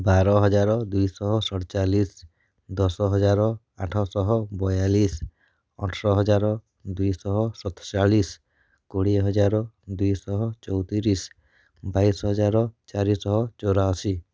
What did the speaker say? ବାର ହଜାର ଦୁଇଶହ ଷଠ୍ଚାଳିଶ୍ ଦଶ ହଜାର ଆଠଶହ ବୟାଳିଶ୍ ଅଠର ହଜାର ଦୁଇଶହ ସତ୍ଚାଳିଶ୍ କୋଡ଼ିଏ ହଜାର ଦୁଇଶହ ଚଉତିରିଶ୍ ବାଇଶ୍ ହଜାର ଚାରିଶହ ଚରାଅଶି